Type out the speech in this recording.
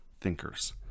thinkers